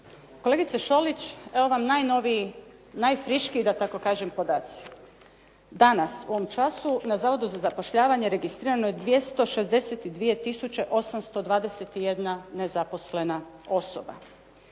Kolegice Šolić, evo vam najnoviji, najfriškiji da tako kažem podaci. Danas u ovom času na Zavodu za zapošljavanje registrirano je 262 tisuće 821 nezaposlena osoba.